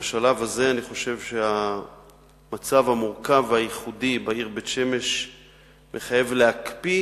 ובשלב הזה אני חושב שהמצב המורכב והייחודי בעיר בית-שמש מחייב להקפיא